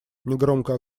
негромко